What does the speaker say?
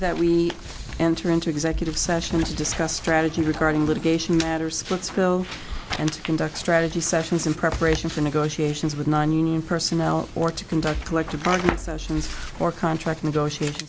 that we enter into executive session to discuss strategy regarding litigation matters let's go and conduct strategy sessions in preparation for negotiations with nonunion personnel or to conduct collective bargaining sessions or contract negotiations